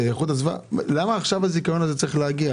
את איכות הסביבה למה עכשיו הזיכיון הזה צריך להגיע?